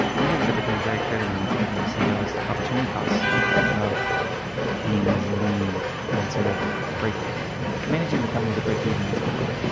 things that became very clear to me once i became ceo was the opportunity cost of being as lean and sort of break managing the company to break even as we were.